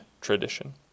tradition